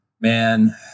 Man